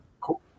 Cool